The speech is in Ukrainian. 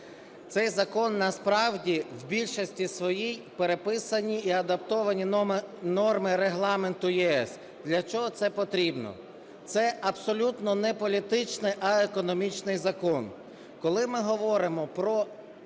Цей закон насправді в більшості своїй – переписані і адаптовані норми регламенту ЄС. Для чого це потрібно? Це абсолютна не політичний, а економічний закон. Коли ми говоримо про